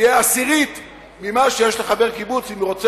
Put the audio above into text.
האם היא